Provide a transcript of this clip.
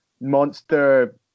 monster